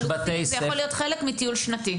מה שאתה מתאר, זה יכול להיות חלק מטיול שנתי.